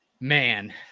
man